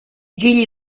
gigli